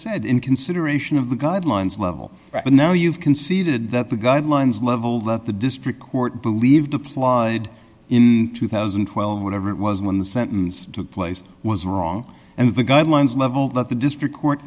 said in consideration of the guidelines level but now you've conceded that the guidelines level that the district court believed applause in two thousand and twelve whatever it was when the sentence took place was wrong and the guidelines level that the district court